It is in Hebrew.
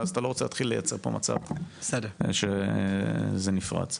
ואז אתה לא רוצה להתחיל לייצר פה מצב שזה נפרץ.